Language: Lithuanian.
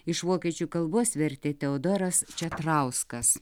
iš vokiečių kalbos vertė teodoras četrauskas